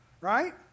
right